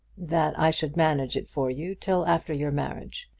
that i should manage it for you till after your marriage.